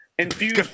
Infused